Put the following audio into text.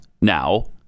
now